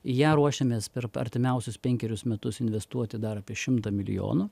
į ją ruošiamės per artimiausius penkerius metus investuoti dar apie šimtą milijonų